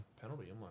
penalty